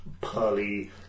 pearly